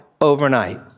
overnight